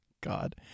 God